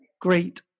Great